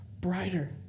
brighter